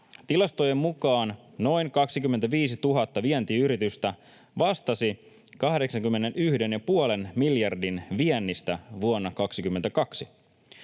Tilastojen mukaan noin 25 000 vientiyritystä vastasi 81,5 miljardin viennistä vuonna 22.